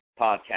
podcast